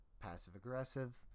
passive-aggressive